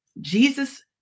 Jesus